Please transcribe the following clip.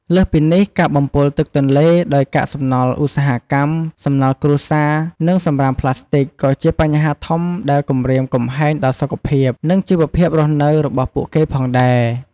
លើសពីនេះ ការបំពុលទឹកទន្លេ ដោយកាកសំណល់ឧស្សាហកម្ម សំណល់គ្រួសារ និងសំរាមប្លាស្ទិក ក៏ជាបញ្ហាធំដែលគំរាមកំហែងដល់សុខភាព និងជីវភាពរស់នៅរបស់ពួកគេផងដែរ។